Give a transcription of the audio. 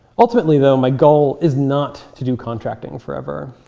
ultimately, though, my goal is not to do contracting forever.